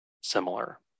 similar